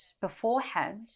beforehand